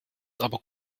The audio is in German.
aber